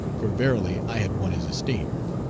for verily i had won his esteem.